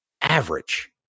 average